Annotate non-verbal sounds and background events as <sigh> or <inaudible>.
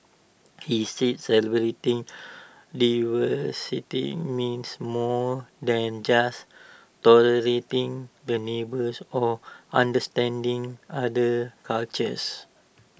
he said celebrating diversity meant <noise> more than just tolerating the neighbours or understanding other cultures